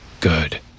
Good